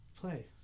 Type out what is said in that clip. play